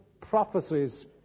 prophecies